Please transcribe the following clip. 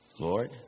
Lord